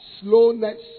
slowness